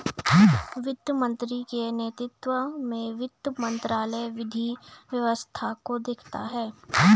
वित्त मंत्री के नेतृत्व में वित्त मंत्रालय विधि व्यवस्था को देखता है